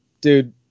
dude